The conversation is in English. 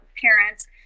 parents